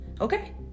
okay